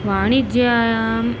वाणिज्यायाम्